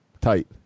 tight